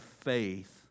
faith